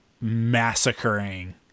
massacring